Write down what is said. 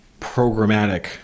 programmatic